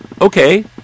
Okay